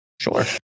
sure